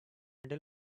until